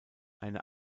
eine